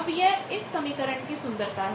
अब यह इस समीकरण की सुंदरता है